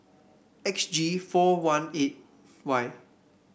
X G four one eight Y